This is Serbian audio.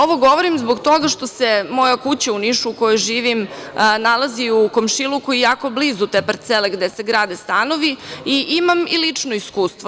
Ovo govorim zbog toga što se moja kuća u Nišu u kojoj živim nalazi u komšiluku i jako blizu te parcele gde se grade ti stanovi i imam i lično iskustvo.